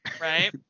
Right